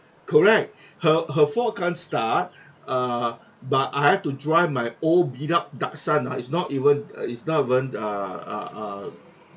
correct her her Ford can't start err but I had to drive my old beat up Datsun uh it's not even uh it's not even err uh uh